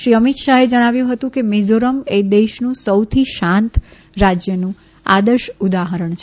શ્રી અમિત શાહે જણાવ્યું હતું કે મિઝોરમ એ દેશનું સૌથી શાંત રાજ્યનું આદર્શ ઉદાહરણ છે